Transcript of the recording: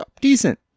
decent